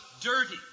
dirty